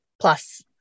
plus